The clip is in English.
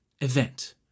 event